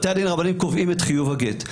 בתי הדין הרבניים קובעים את חיוב הגט.